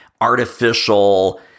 artificial